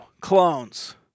Clones